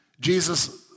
Jesus